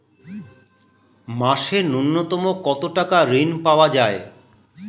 মাসে নূন্যতম কত টাকা ঋণ পাওয়া য়ায়?